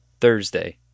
Thursday